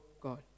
God